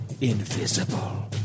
invisible